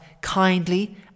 kindly